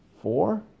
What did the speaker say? Four